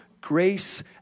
grace